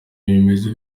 bimeze